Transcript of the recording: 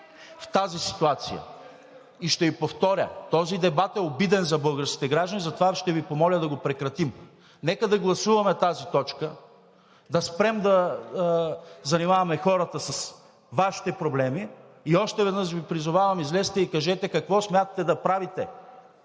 в тази ситуация и ще Ви повторя: този дебат е обиден за българските граждани, затова ще Ви помоля да го прекратим. Нека да гласуваме тази точка, да спрем да занимаваме хората с Вашите проблеми и още веднъж Ви призовавам: излезте и кажете какво смятате да правите!